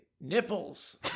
nipples